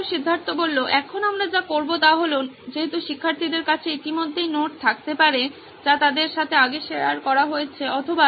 ছাত্র সিদ্ধার্থ এখন আমরা যা করবো তা হল যেহেতু শিক্ষার্থীদের কাছে ইতিমধ্যেই নোট থাকতে পারে যা তাদের সাথে আগে শেয়ার করা হয়েছে অথবা